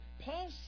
Paul